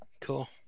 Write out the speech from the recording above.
Cool